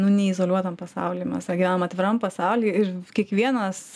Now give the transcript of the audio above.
neizoliuotam pasauly mes gyvenam atviram pasauly ir kiekvienas